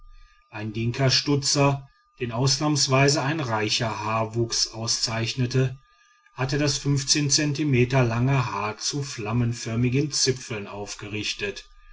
ein dinkastutzer den ausnahmsweise ein reicherer haarwuchs auszeichnete hatte das zentimeter lange haar zu flammenförmigen zipfeln aufgerichtet